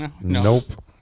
Nope